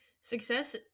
Success